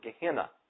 Gehenna